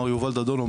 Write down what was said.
מר יובל דאדון,